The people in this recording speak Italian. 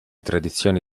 tradizioni